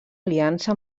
aliança